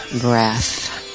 breath